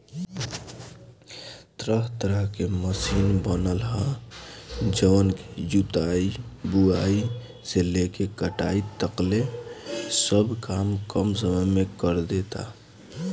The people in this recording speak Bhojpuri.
तरह तरह के मशीन बनल ह जवन की जुताई, बुआई से लेके कटाई तकले सब काम कम समय में करदेता